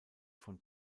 von